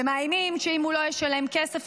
ומאיימים שאם הוא לא ישלם כסף,